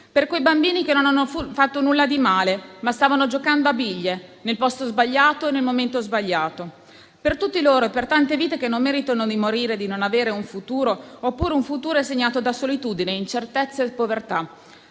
a quei bambini che non hanno fatto nulla di male, ma stavano giocando a biglie nel posto sbagliato e nel momento sbagliato. Pensiamo a tutti loro e a tante vite che non meritano di morire e di non avere un futuro, oppure un futuro segnato da solitudine, incertezza e povertà,